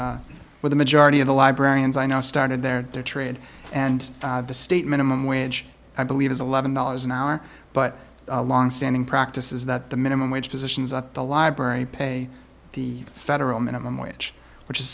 that's where the majority of the librarians i know started their their trade and the state minimum wage i believe is eleven dollars an hour but a longstanding practice is the the minimum wage positions at the library pay the federal minimum wage which is